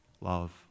love